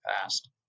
past